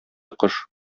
кош